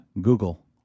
Google